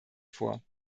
vor